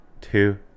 two